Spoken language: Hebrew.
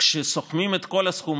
כשסוכמים את כל הסכום,